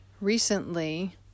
Recently